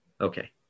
okay